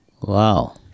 Wow